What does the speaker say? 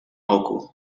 oku